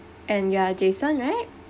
and you are jason right